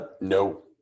No